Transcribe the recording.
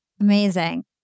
Amazing